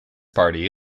party